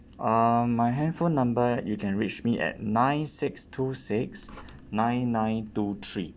uh my handphone number you can reach me at nine six two six nine nine two three